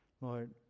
lord